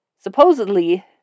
Supposedly